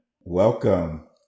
welcome